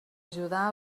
ajudar